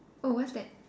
oh what's that